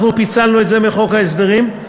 אנחנו פיצלנו את זה מחוק ההסדרים.